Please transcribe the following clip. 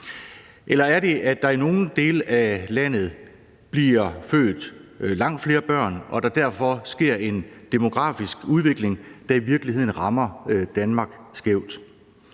Eller er det, at der i nogle dele af landet bliver født langt flere børn, og at der derfor sker en demografisk udvikling, der i virkeligheden rammer Danmark skævt?